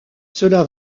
cela